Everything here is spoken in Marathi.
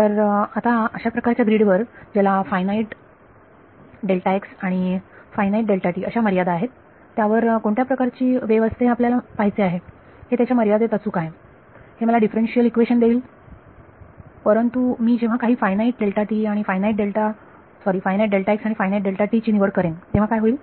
तर आता अशा प्रकारच्या ग्रीड वर ज्याला फायनाईट आणि फायनाईट अशा मर्यादा आहेत त्यावर कोणत्या प्रकारची वेव्ह असते ते आपल्याला पाहायचे आहे हे त्याच्या मर्यादेत अचूक आहे हे मला डिफरन्सशीयल इक्वेशन देईल परंतु मी जेव्हा काही फायनाईट आणि फायनाईट ची निवड करेन तेव्हा काय होईल